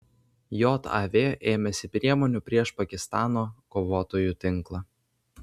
jav ėmėsi priemonių prieš pakistano kovotojų tinklą